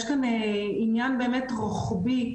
יש כאן עניין באמת רוחבי,